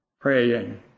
praying